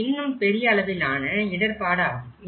அது இன்னும் பெரிய அளவிலான இடர்பாடு ஆகும்